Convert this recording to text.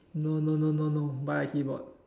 no no no no no buy a keyboard